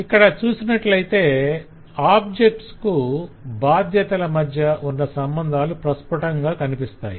ఇక్కడ చూసినట్లయితే ఆబ్జెక్ట్స్ కు బాధ్యతల మధ్య ఉన్న సంబంధాలు ప్రస్పుటంగా కనపడతాయి